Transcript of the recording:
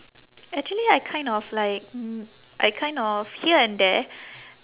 actually I kind of like mm I kind of here and there